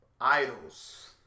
idols